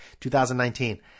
2019